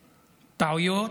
טעויות,